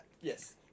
Yes